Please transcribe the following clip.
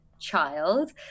child